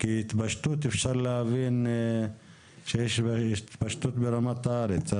מהמילה התפשטות אפשר להבין שיש התפשטות ברמה הארצית,